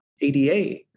ADA